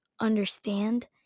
understand